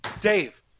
Dave